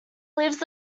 lives